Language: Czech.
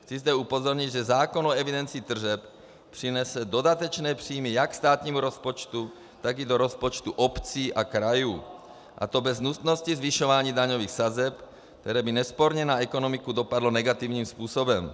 Chci zde upozornit, že zákon o evidenci tržeb přinese dodatečné příjmy jak státnímu rozpočtu, tak i do rozpočtu obcí a krajů, a to bez nutnosti zvyšování daňových sazeb, které by nesporně na ekonomiku dopadlo negativním způsobem.